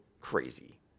crazy